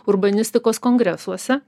urbanistikos kongresuose